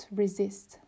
resist